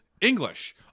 English